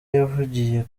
yavugiye